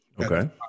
Okay